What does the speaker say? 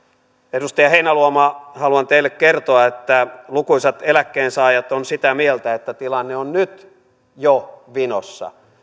edustaja heinäluoma haluan teille kertoa että lukuisat eläkkeensaajat ovat sitä mieltä että tilanne on nyt jo vinossa